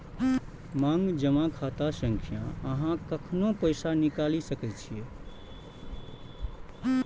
मांग जमा खाता सं अहां कखनो पैसा निकालि सकै छी